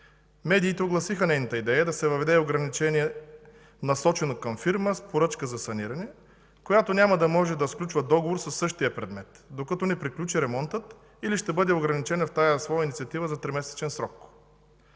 Медиите огласиха нейната идея да се въведе ограничение, насочено към фирма с поръчка за саниране, която няма да може да сключва договор със същия предмет, докато не приключи ремонтът или ще бъде ограничена в тази своя инициатива в тримесечен срок.